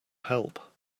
help